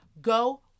go